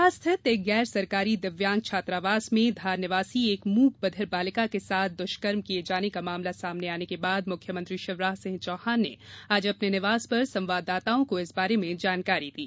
भोपाल स्थित एक गैर सरकारी दिव्यांग छात्रावास में धार निवासी एक मूक बधिर बालिका के साथ दुष्कर्म किए जाने का मामला सामने आने के बाद मुख्यमंत्री शिवराज सिंह चौहान ने आज अपने निवास पर संवाददाताओं को इस बारे में जानकारी दी